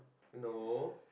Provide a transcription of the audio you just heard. no